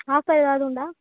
offer எதாவது உண்டா